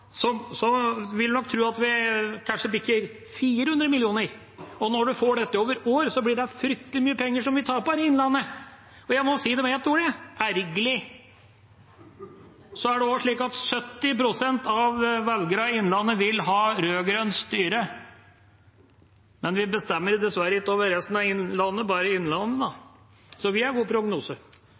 ganger så mye som regjeringa har, og begynner å summere dette, vil jeg nok tro at vi kanskje bikker 400 mill. kr. Når man får dette over år, taper vi fryktelig mye penger i Innlandet. Jeg må si det med ett ord: ergerlig. 70 pst. av velgerne i Innlandet vil ha rød-grønt styre – men vi bestemmer dessverre ikke over resten av landet, bare Innlandet – så vi